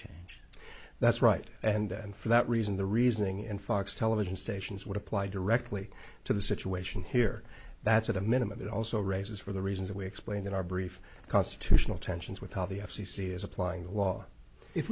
changed that's right and and for that reason the reasoning and fox television stations would apply directly to the situation here that's at a minimum it also raises for the reasons that we explain that our brief constitutional tensions with how the f c c is applying the law if